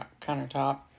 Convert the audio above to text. countertop